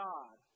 God